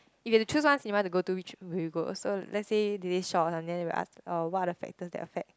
if you have to choose one cinema to go which will you go so lets say they say Shaw or something then we will ak uh what are the factors that affect